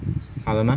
好了吗